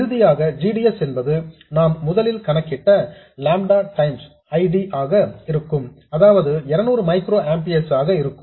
இறுதியாக g d s என்பது நாம் முதலில் கணக்கிட்ட லாம்டா டைம்ஸ் I D ஆக இருக்கும் அதாவது 200 மைக்ரோ ஆம்பியர்ஸ் ஆக இருக்கும்